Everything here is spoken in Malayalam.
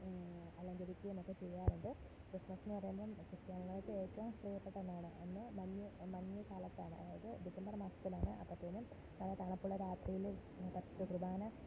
അലങ്കരിക്കുകയുമൊക്കെ ചെയ്യാറുണ്ട് ക്രിസ്മസെന്നു പറയുമ്പോള് ക്രിസ്ത്യാനികള്ക്ക് ഏറ്റവും പ്രിയപ്പെട്ടതാണ് അന്നു മഞ്ഞു മഞ്ഞുകാലത്താണ് അതായത് ഡിസംബർ മാസത്തിലാണ് അപ്പോഴത്തേനും നല്ല തണപ്പുള്ള രാത്രിയില് പ്രധാന